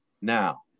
now